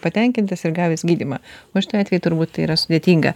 patenkintas ir gavęs gydymą o šituo atveju turbūt tai yra sudėtinga